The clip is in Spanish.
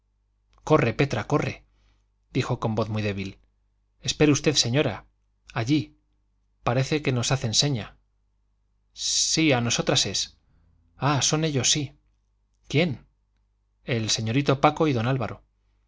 corre petra corre dijo con voz muy débil espere usted señora allí parece que nos hacen seña sí a nosotras es ah son ellos sí quién el señorito paco y don álvaro